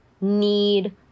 need